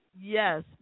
Yes